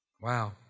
Wow